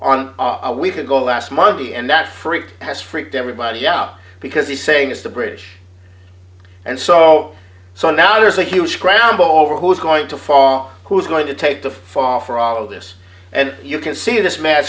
could go last monday and that freak has freaked everybody out because he's saying it's the british and so so now there's a huge scramble over who's going to fall who's going to take the fall for all of this and you can see this ma